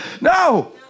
No